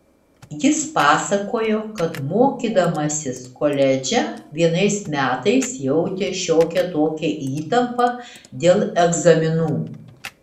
jis pasakojo kad mokydamasis koledže vienais metais jautė šiokią tokią įtampą dėl egzaminų